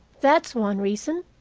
that's one reason.